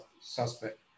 suspect